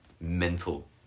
mental